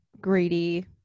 greedy